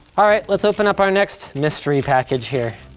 all right, let's open up our next mystery package here.